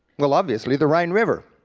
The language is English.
well obviously the rhine river.